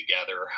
together